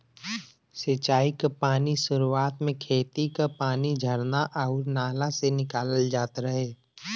सिंचाई क पानी सुरुवात में खेती क पानी झरना आउर नाला से निकालल जात रहे